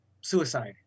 suicide